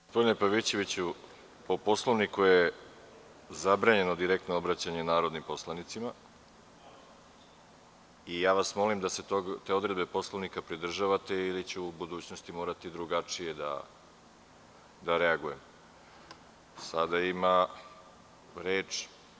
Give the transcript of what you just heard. Gospodine Pavićeviću, po Poslovniku je zabranjeno direktno obraćanje narodnim poslanicima i ja vas molim da se te odredbe Poslovnika pridržavate ili ću u budućnosti morati drugačije da reagujem.